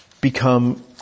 become